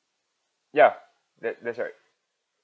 ya that that's right